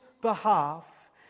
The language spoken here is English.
behalf